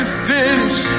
finish